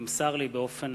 נמסר לי באופן